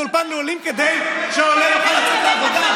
זה אולפן לעולים כדי שהעולה יוכל לצאת לעבודה.